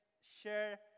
share